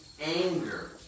anger